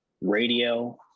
radio